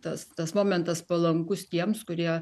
tas tas momentas palankus tiems kurie